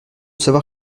savoir